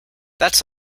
that’s